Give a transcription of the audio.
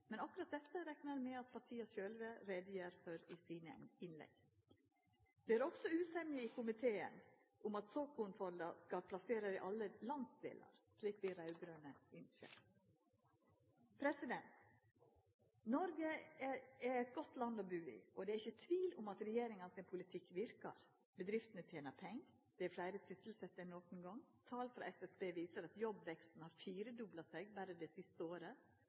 men akkurat dette reknar eg med at partia sjølv gjer greie for i sine innlegg. Det er også usemje i komiteen om at såkornfonda skal plasserast i alle landsdelar, slik vi raud-grøne ønskjer. Noreg er eit godt land å bu i, og det er ikkje tvil om at regjeringa sin politikk verkar. Bedriftene tener pengar. Det er fleire sysselsette enn nokon gong. Tal frå SSB viser at jobbveksten har firedobla seg berre det siste året.